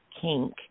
Kink